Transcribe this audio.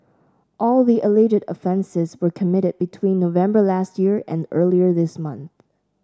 all the alleged offences were committed between November last year and earlier this month